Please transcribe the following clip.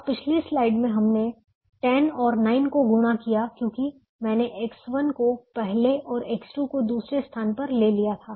अब पिछली स्लाइड में हमने 10 और 9 को गुणा किया क्योंकि मैंने X1 को पहले और X2 को दूसरे स्थान पर ले लिया था